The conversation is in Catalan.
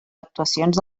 actuacions